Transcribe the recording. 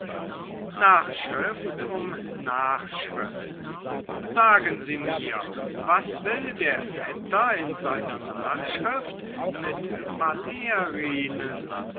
nachschrift um nachschrift sagen sie mir was will der vetter in seiner nachschrift mit